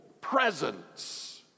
presence